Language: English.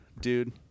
dude